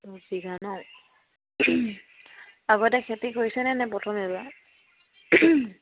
দছ বিঘা নহ্ আগতে খেতি কৰিছেনে নে প্ৰথম এইবাৰ